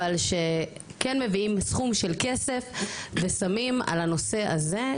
אבל שכן מביאים סכום של כסף ושמים על הנושא הזה,